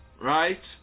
right